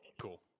Cool